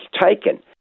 taken